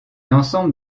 ensemble